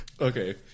Okay